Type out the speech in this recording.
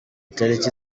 tariki